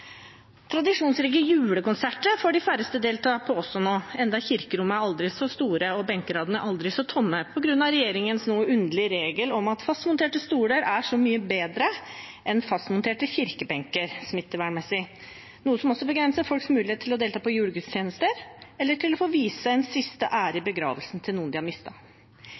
Tradisjonsrike julekonserter får de færreste delta på nå, om kirkerommene er aldri så store og benkeradene aldri så tomme, på grunn av regjeringens noe underlige regel om at fastmonterte stoler er så mye bedre enn fastmonterte kirkebenker smittevernmessig, noe som også begrenser folks mulighet til å delta på julegudstjenester eller til å få vise noen de har mistet, den siste ære i begravelsen.